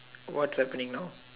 what's happening now